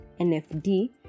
NFD